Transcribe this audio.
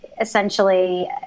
essentially